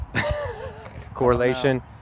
Correlation